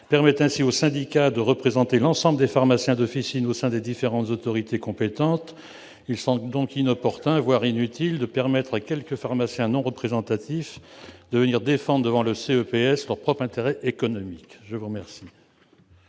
permettent ainsi aux syndicats de représenter l'ensemble des pharmaciens d'officine au sein des différentes autorités compétentes. Il semble donc inopportun, voire inutile, de permettre à quelques pharmaciens non représentatifs de venir défendre devant le CEPS leurs propres intérêts économiques. L'amendement